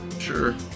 Sure